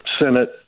Senate